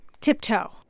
tiptoe